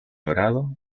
dorado